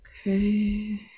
Okay